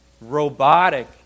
robotic